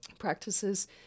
Practices